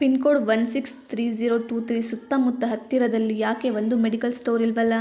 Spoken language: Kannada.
pin code one six three zero two three ಸುತ್ತಮುತ್ತ ಹತ್ತಿರದಲ್ಲಿ ಯಾಕೆ ಒಂದೂ ಮೆಡಿಕಲ್ ಸ್ಟೋರ್ ಇಲ್ಲವಲ್ಲ